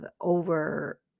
over